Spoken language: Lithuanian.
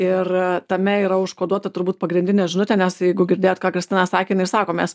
ir tame yra užkoduota turbūt pagrindinė žinutė nes jeigu girdėjot ką kristina sakė jinai ir sako mes